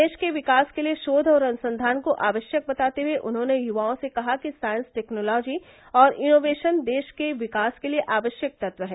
देश के विकास के लिए श्रोव और अनुसंघान को आवश्यक बताते हए उन्होंने युवाओं से कहा कि साइंस टेक्नॉलाजी और इनोवेशन देश के विकास के लिए आवश्यक तत्व है